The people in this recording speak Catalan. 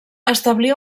establí